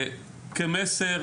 כמסר,